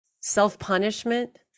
self-punishment